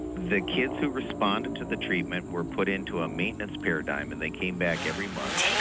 the kids who responded to the treatment were put into a maintenance paradigm and they came back every month.